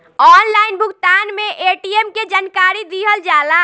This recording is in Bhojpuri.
ऑनलाइन भुगतान में ए.टी.एम के जानकारी दिहल जाला?